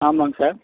ஆமாங்க சார்